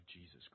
Jesus